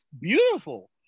beautiful